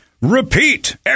repeat